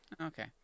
Okay